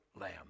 lamb